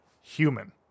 human